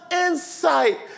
insight